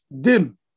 dim